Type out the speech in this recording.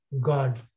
God